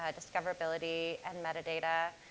ah discoverability, and metadata.